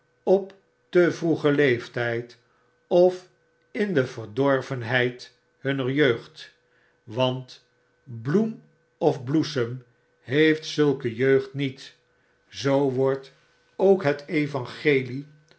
op te vroegen leeftyd of in de verdorvenheid hunner jeugd wantbloem of bloesem heeft zulke jeugd niet zoo wordt ook het evangelie